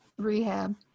rehab